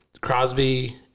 Crosby